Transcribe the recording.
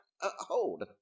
hold